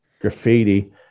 graffiti